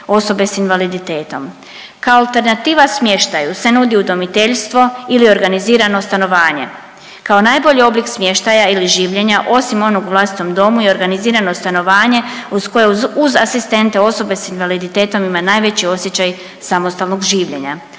Kao alternativa smještaju se nudi udomiteljstvo ili organizirano stanovanje. Kao najbolji oblik smještaja ili življenja osim onog u vlastitom i organizirano stanovanje uz koje uz asistente, osobe s invaliditetom, ima najveći osjećaj samostalnog življenja,